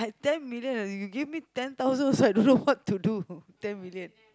ten million you give me ten thousand also I also don't know what to do ten million